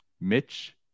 Mitch